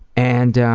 and